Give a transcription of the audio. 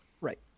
right